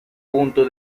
punto